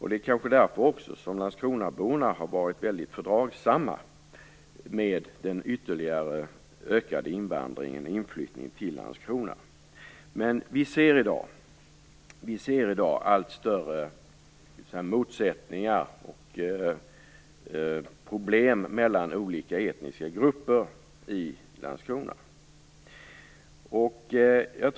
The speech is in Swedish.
Det är kanske därför som landskronaborna har varit väldigt fördragsamma med den ytterligare ökade inflyttningen till Landskrona. I dag ser vi allt större motsättningar och problem mellan olika etniska grupper i Landskrona.